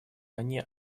они